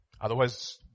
Otherwise